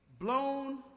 blown